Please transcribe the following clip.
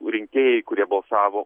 rinkėjai kurie balsavo